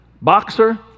boxer